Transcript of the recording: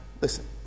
Listen